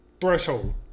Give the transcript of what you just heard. threshold